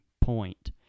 point